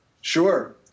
Sure